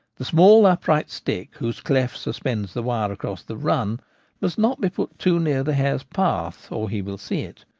the small upright stick whose cleft suspends the wire across the run must not be put too near the hare's path, or he will see it,